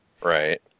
Right